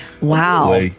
Wow